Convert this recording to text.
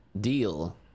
deal